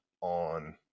on